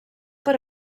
per